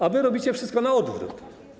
A wy robicie wszystko na odwrót.